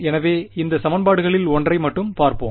எனவே அந்த சமன்பாடுகளில் ஒன்றை மட்டும் பார்ப்போம்